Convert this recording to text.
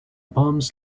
bombs